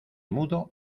mudo